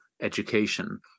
education